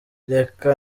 reka